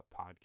Podcast